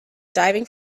diving